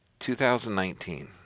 2019